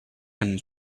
and